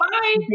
Bye